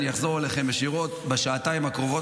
אני אחזור אליכם ישירות בשעתיים הקרובות,